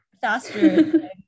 faster